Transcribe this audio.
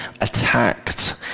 attacked